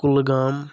Kulgam